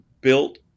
built